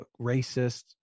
racist